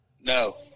No